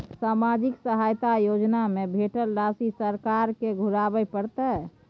सामाजिक सहायता योजना में भेटल राशि सरकार के घुराबै परतै?